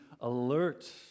alert